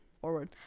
Forward